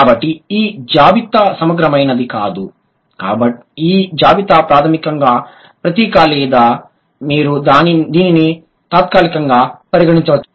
కాబట్టి ఈ జాబితా సమగ్రమైనది కాదు ఈ జాబితా ప్రాథమికంగా ప్రతీక లేదా మీరు దీనిని తాత్కాలికంగా పరిగణించవచ్చు